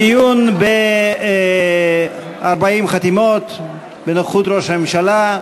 דיון ב-40 חתימות בנוכחות ראש הממשלה.